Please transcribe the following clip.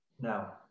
now